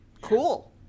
cool